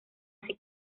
así